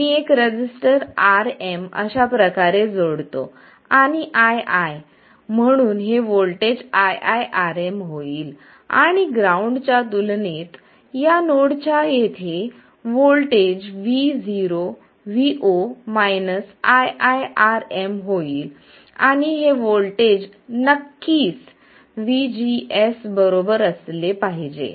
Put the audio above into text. मी एक resistor Rm अशाप्रकारे जोडतो आणि ii म्हणून हे व्होल्टेज iiRm होईलआणि ग्राउंड च्या तुलनेत या नोड च्या येथे व्होल्टेज vo iiRm होईल आणि हे व्होल्टेज नक्कीच vgs बरोबर असले पाहिजे